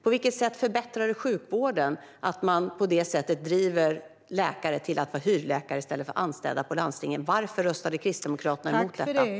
På vilket sätt förbättrar det sjukvården att man på det sättet driver läkare till att vara hyrläkare i stället för att vara anställda inom landstingen? Varför röstade Kristdemokraterna mot detta?